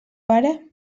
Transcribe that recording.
pare